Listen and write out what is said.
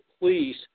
please